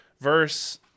verse